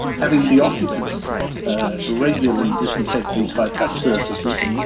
having the occupants regularly disinfect these high touch surfaces.